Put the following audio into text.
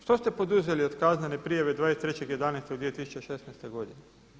Što ste poduzeli od kaznene prijave 23.11.2016. godine?